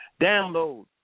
Download